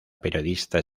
periodista